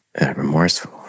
remorseful